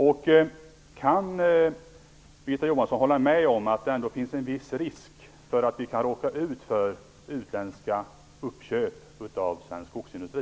För det andra: Kan Birgitta Johansson hålla med om att det ändå finns en viss risk för att vi kan råka ut för utländska uppköp av svensk skogsindustri?